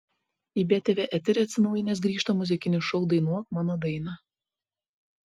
į btv eterį atsinaujinęs grįžta muzikinis šou dainuok mano dainą